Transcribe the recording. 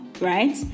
right